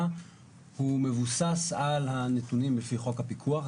הוא מבוסס על הנתונים לפי חוק הפיקוח.